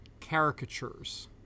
caricatures